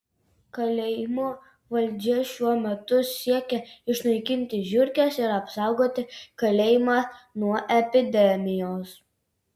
kalėjimo valdžia šiuo metu siekia išnaikinti žiurkes ir apsaugoti kalėjimą nuo epidemijos